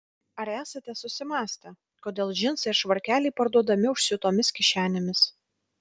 ar esate susimąstę kodėl džinsai ir švarkeliai parduodami užsiūtomis kišenėmis